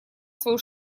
свою